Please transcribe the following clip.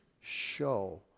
show